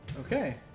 Okay